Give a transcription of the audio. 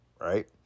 right